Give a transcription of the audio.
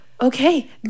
Okay